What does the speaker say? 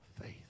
faith